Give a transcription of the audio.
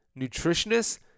nutritionists